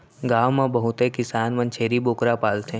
गॉव म बहुते किसान मन छेरी बोकरा पालथें